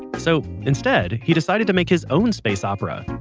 so instead, he decided to make his own space opera.